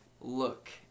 look